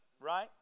right